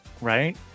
Right